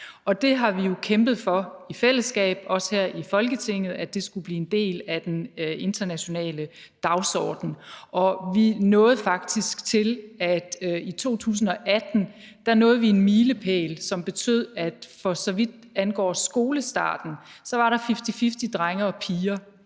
Det har vi jo kæmpet for i fællesskab, også her i Folketinget, skulle blive en del af den internationale dagsorden, og vi nåede faktisk i 2018 en milepæl, som betød, at for så vidt angår skolestarten, var der fifty-fifty drenge og piger.